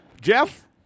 Jeff